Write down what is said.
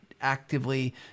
actively